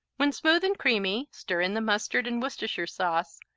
when smooth and creamy, stir in the mustard and worcestershire sauce,